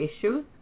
issues